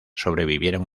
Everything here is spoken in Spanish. sobrevivieron